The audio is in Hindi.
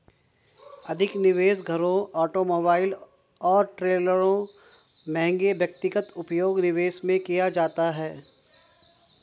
अधिक निवेश घरों ऑटोमोबाइल और ट्रेलरों महंगे व्यक्तिगत उपभोग्य निवेशों में किया जाता है